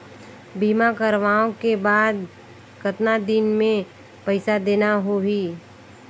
बीमा करवाओ के बाद कतना दिन मे पइसा देना हो ही?